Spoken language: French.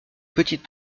petite